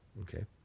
Okay